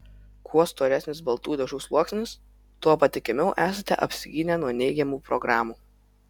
kuo storesnis baltų dažų sluoksnis tuo patikimiau esate apsigynę nuo neigiamų programų